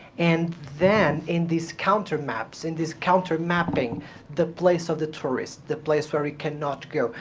and then in these countermaps, in this countermapping the place of the tourist, the place where we cannot go.